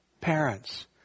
parents